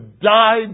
died